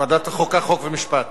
לוועדת החוקה, חוק ומשפט